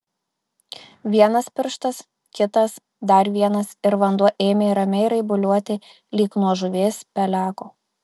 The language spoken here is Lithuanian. vienas pirštas kitas dar vienas ir vanduo ėmė ramiai raibuliuoti lyg nuo žuvies peleko